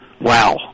Wow